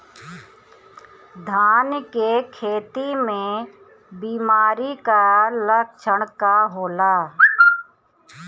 धान के खेती में बिमारी का लक्षण का होला?